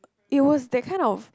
it was that kind of